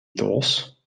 doos